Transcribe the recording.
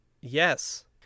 yes